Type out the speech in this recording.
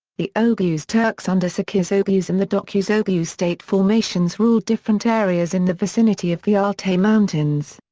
the oghuz turks under sekiz-oghuz and the dokuz-oghuz state formations ruled different areas in the vicinity of the altay mountains.